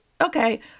okay